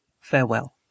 Farewell